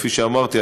כפי שאמרתי,